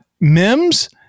Mims